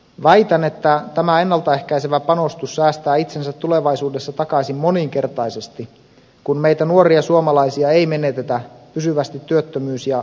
väitän että tämä ennalta ehkäisevä panostus säästää itsensä tulevaisuudessa takaisin moninkertaisesti kun meitä nuoria suomalaisia ei menetetä pysyvästi työttömyys ja syrjäytymiskierteeseen